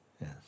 Yes